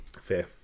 Fair